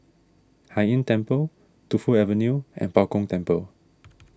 Hai Inn Temple Tu Fu Avenue and Bao Gong Temple